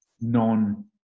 non